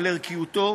על ערכיותו,